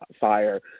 fire